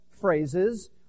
phrases